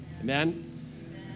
amen